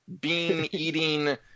bean-eating